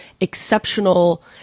exceptional